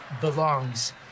belongs